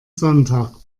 sonntag